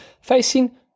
Facing